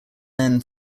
men